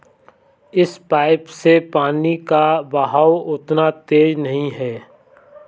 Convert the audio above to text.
इस पाइप से पानी का बहाव उतना तेज नही है